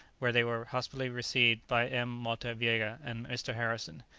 where they were hospitably received by m. motta viega and mr. harrison.